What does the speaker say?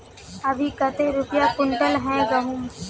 अभी कते रुपया कुंटल है गहुम?